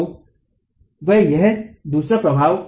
तो वह है दूसरा प्रभाव